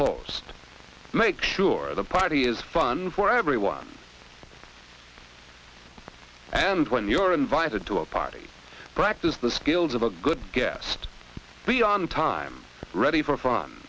holes make sure the party is fun for everyone and when you're invited to a party practice the skills of a good guest be on time ready for fun